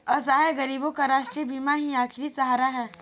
असहाय गरीबों का राष्ट्रीय बीमा ही आखिरी सहारा है